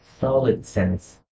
SolidSense